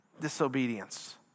disobedience